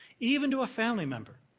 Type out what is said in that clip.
even to a family member,